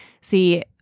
See